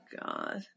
god